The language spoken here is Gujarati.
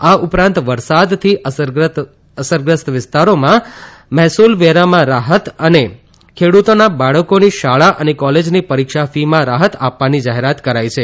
આ ઉપરાંત વરસાદથી અસરગ્રસ્ત વિસ્તારોમાં મહેસુલ વેરામાં રાહત તથા ખેડ઼તોના બાળકોની શાળા અને કોલેજની પરીક્ષા ફીમાં રાહત આપવાની જાહેરાત કરાઇ છે